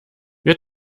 wir